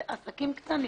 עסקים קטנים